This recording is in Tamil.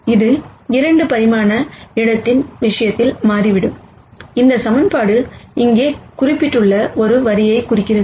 இது 2 பரிமாண இடத்தின் விஷயத்தில் மாறிவிடும் இந்த ஈக்குவேஷன் இங்கே குறிப்பிட்டுள்ள ஒரு வரியைக் குறிக்கிறது